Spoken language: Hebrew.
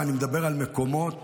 אני מדבר על מקומות